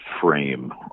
frame